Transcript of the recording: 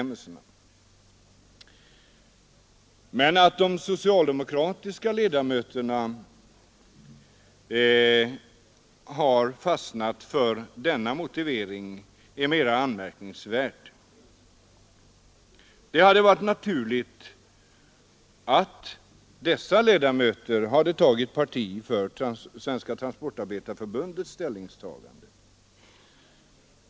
Men att de socialdemokratiska ledamöterna har fastnat för denna motivering är mera anmärkningsvärt. Det hade varit naturligt att dessa ledamöter tagit parti för Svenska transportarbetareförbundets ställningstagande.